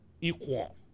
equal